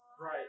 Right